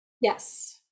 yes